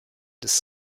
des